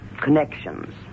connections